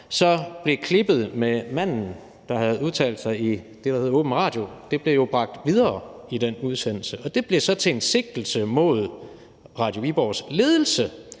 om, blev klippet med manden, der havde udtalt sig i det, der hed åben radio, bragt videre i den udsendelse. Det blev så til en sigtelse mod Radio Viborgs ledelse